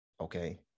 okay